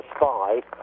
five